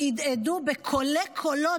הדהדו בקולי-קולות,